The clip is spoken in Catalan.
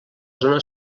zona